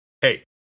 hey